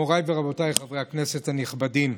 מוריי ורבותיי חברי הכנסת נכבדים,